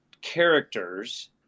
characters